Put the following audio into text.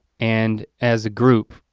and as a group,